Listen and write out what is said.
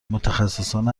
متخصصان